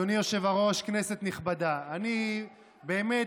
אדוני היושב-ראש, כנסת נכבדה, באמת,